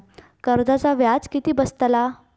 कर्जाचा व्याज किती बसतला?